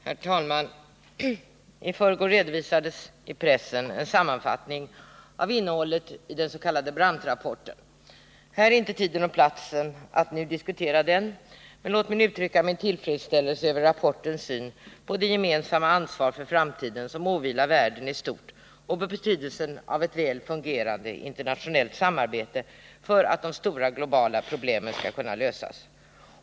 Herr talman! I förrgår redovisades i pressen en sammanfattning av innehållet i den s.k. Brandtrapporten. Här är inte tiden och platsen att nu diskutera denna. Men låt mig uttrycka min tillfredsställelse över rapportens syn på det gemensamma ansvar för framtiden som åvilar världen i stort och på betydelsen av ett väl fungerande internationellt samarbete för att de stora globala problemen skall kunna lösas.